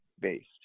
based